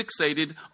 fixated